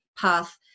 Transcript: path